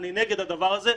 אני נגד הדבר הזה,